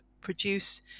produce